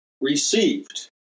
received